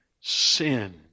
sin